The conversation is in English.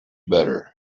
better